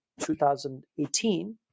2018